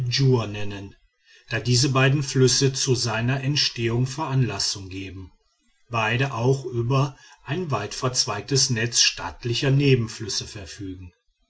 nennen da diese beiden flüsse zu seiner entstehung veranlassung geben beide auch über ein weitverzweigtes netz stattlicher nebenflüsse verfügen